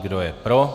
Kdo je pro?